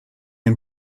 ein